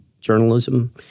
journalism